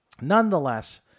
nonetheless